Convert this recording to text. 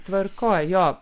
tvarkoj jo